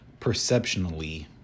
perceptionally